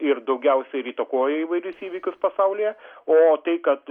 ir daugiausia ir įtakoja įvairius įvykius pasaulyje o tai kad